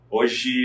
Hoje